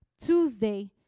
Tuesday